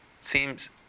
seems